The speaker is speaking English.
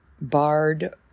barred